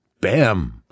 bam